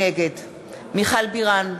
נגד מיכל בירן,